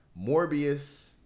Morbius